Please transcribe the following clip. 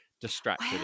distracted